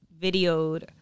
videoed